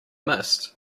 missed